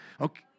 Okay